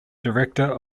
director